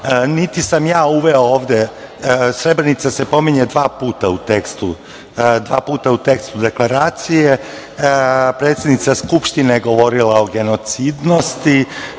niti sam ja uveo ovde, Srebrenica se pominje dva puta u tekstu deklaracije. Predsednica Skupštine je govorila o genocidnosti.